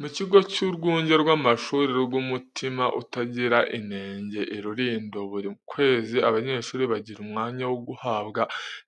Mu kigo cy'urwunge rw'amashuri rw'Umutima Utagira Inenge i Rulindo, buri kwezi abanyeshuri bagira umwanya wo guhabwa